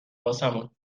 واسمون